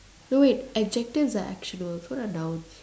no wait adjectives are action verbs what are nouns